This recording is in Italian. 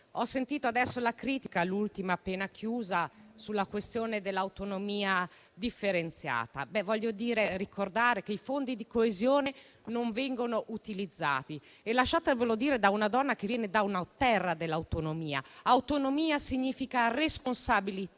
sentito l'ultima critica appena formulata sulla questione dell'autonomia differenziata. Vorrei ricordare che i fondi di coesione non vengono utilizzati e lasciatevi dire da una donna che viene da una terra dell'autonomia che autonomia significa responsabilità